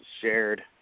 shared